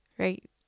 right